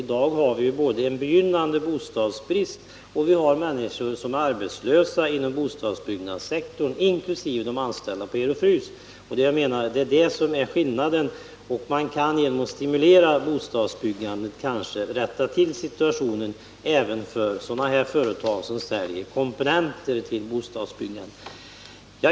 I dag har vi både en begynnande bostadsbrist och många arbetslösa inom bostadsbyggnadssektorn inkl. de anställda på Ero-Frys AB. Det är detta som utgör en skillnad. Man kan stimulera bostadsbyggandet och därmed rätta till situationen även för sådana företag som säljer komponenter till bostadsbyggandet.